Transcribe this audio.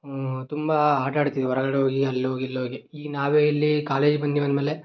ತುಂಬ ಆಟಟಾಡಿದ್ದೀವಿ ಹೊರಗಡೆ ಹೋಗಿ ಅಲ್ಲೋಗಿ ಇಲ್ಲೋಗಿ ಈಗ ನಾವೇ ಇಲ್ಲಿ ಕಾಲೇಜ್ ಬಂದೀವಂದ್ಮೇಲೆ